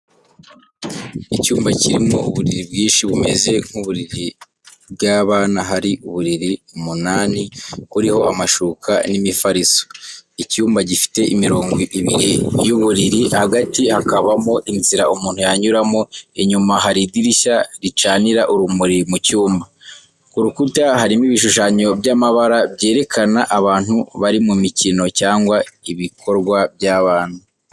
Icyumba kirimo uburiri bwinshi, bumeze nk’iburiri by’abana hari uburiri umunani buriho amashuka n'imifariso. Icyumba gifite imirongo ibiri y'uburiri, hagati hakabamo inzira umuntu yanyuramo inyuma hari idirishya, ricanira urumuri mu cyumba. Ku rukuta harimo ibishushanyo by’amabara, byerekana abantu bari mu mikino cyangwa ibikorwa by’abana.